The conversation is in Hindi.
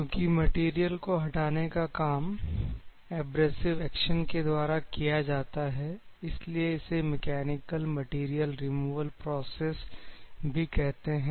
क्योंकि मटेरियल को हटाने का काम एब्रेसिव एक्शन के द्वारा किया जाता है इसलिए इसे मैकेनिकल मैटेरियल रिमूवल प्रोसेस भी कहते हैं